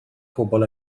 pobl